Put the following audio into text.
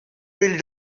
really